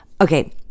Okay